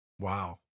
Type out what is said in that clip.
Wow